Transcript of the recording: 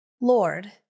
Lord